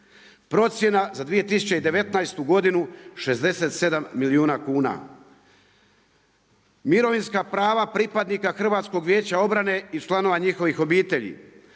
Procjena za 2019. godinu 67 milijuna kuna. Mirovinska prava pripadnika Hrvatskog vijeća obrane i članova njihovih obitelji.